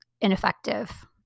ineffective